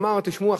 והוא אמר: תשמעו,